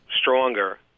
stronger